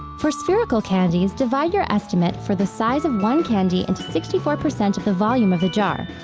for spherical candies, divide your estimate for the size of one candy into sixty four percent of the volume of the jar.